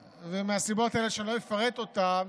ומהסיבות האלה, שאני לא אפרט אותן,